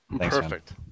Perfect